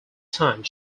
time